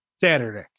Saturday